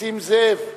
נסים זאב,